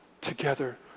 together